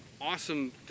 awesome